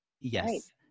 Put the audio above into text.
Yes